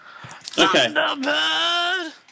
Thunderbird